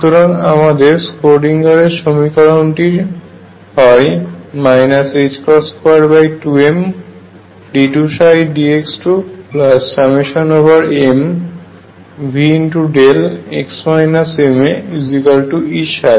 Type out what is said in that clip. সুতরাং আমাদের স্ক্রোডিঙ্গারের সমীকরণটিSchrödinger equation হয় 22md2 dx2mVδx maEψ